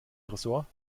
tresor